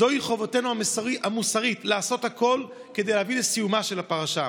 זוהי חובתנו המוסרית לעשות הכול כדי להביא לסיומה של הפרשה.